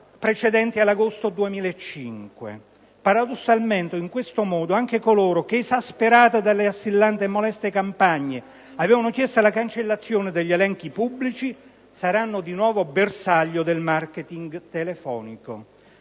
(precedenti all'agosto del 2005). Paradossalmente, in questo modo, anche coloro che esasperati dalle assillanti e moleste campagne telefoniche avevano chiesto la cancellazione dagli elenchi pubblici, saranno di nuovo bersaglio del *marketing* telefonico.